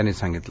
यांनी सांगितलं